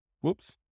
Whoops